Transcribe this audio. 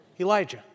Elijah